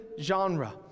genre